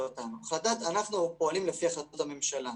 אנחנו פועלים לפי החלטות הממשלה,